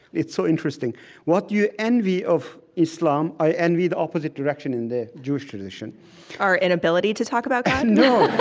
it's so interesting what you envy of islam i envy in the opposite direction, in the jewish tradition our inability to talk about god? no,